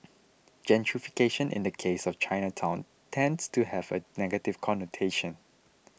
gentrification in the case of Chinatown tends to have a negative connotation